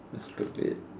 that's stupid